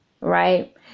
Right